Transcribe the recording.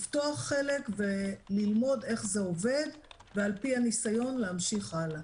לפתוח חלק וללמוד איך זה עובד ועל פי הניסיון להמשיך הלאה.